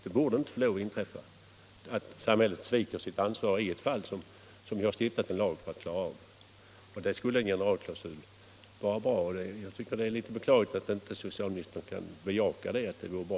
Det borde inte få inträffa att samhället sviker sitt ansvar i ett fall som vi har stiftat en lag för att klara av. Där skulle en generalklausul vara bra, och jag tycker att det är beklagligt att socialministern inte kan bejaka detta.